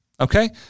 Okay